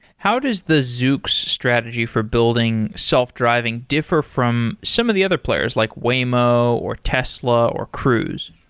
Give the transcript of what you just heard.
how does the zoox strategy for building self-driving differ from some of the other players like waymo, or tesla, or cruise?